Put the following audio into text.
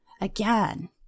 again